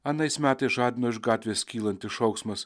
anais metais žadino iš gatvės kylantis šauksmas